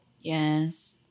Yes